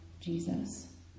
Jesus